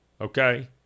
Okay